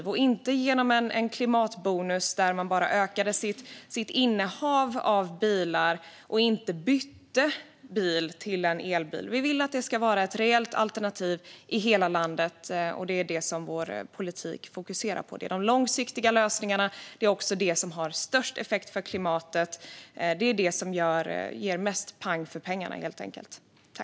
Men det ska inte ske genom en klimatbonus som bara innebar att människor ökade sitt innehav av bilar och inte bytte bil till en elbil. Vi vill att det ska vara ett reellt alternativ i hela landet. Vår politik fokuserar på de långsiktiga lösningarna. Det är också det som har störst effekt på klimatet. Det är det som helt enkelt ger mest pang för pengarna.